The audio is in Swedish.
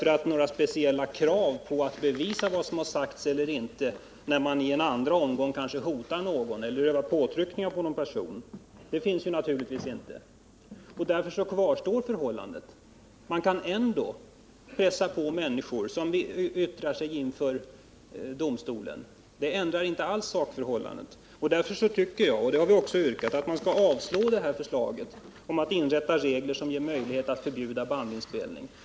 Det finns ju inga speciella krav på att man skall kunna bevisa vad som sagts eller inte har sagts när man i en andra omgång kanske hotar en person eller övar påtryckningar på honom. Därför kvarstår det faktum att man kan utöva påtryckning på människor som yttrar sig inför domstol oavsett på vilket sätt man tagit del av eller bevarat vad som sagts. Det ändrar inte alls sakförhållandet. Mot den bakgrunden har vi yrkat att man skall avslå det här förslaget att inrätta regler som ger möjlighet att förbjuda bandinspelning.